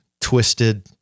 twisted